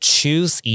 Choose